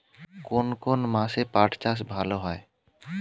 কোন কোন মাসে পাট চাষ ভালো হয়?